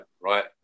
right